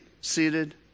seated